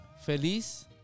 feliz